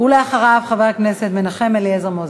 אחריו, חבר הכנסת מנחם אליעזר מוזס.